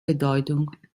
bedeutung